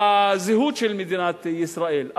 לזהות של מדינת ישראל.